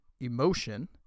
emotion